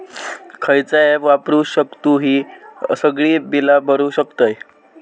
खयचा ऍप वापरू शकतू ही सगळी बीला भरु शकतय?